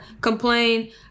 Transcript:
complain